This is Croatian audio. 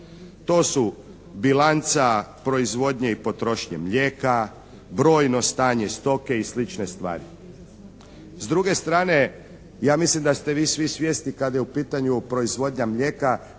To su bilanca proizvodnje i potrošnje mlijeka, brojno stanje stoke i slične stvari. S druge strane ja mislim da ste vi svi svjesni kad je u pitanju proizvodnja mlijeka